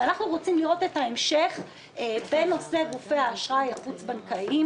ואנחנו רוצים לראות את ההמשך בנושא גופי האשראי החוץ-בנקאיים.